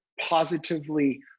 positively